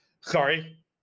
Sorry